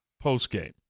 post-game